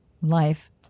life